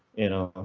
you know,